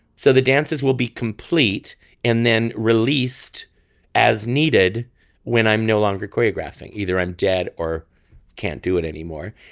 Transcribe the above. so the dancers will be complete and then released as needed when i'm no longer choreographic either i'm dead or can't do it anymore.